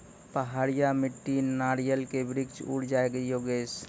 पहाड़िया मिट्टी नारियल के वृक्ष उड़ जाय योगेश?